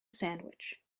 sandwich